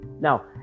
Now